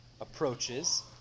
approaches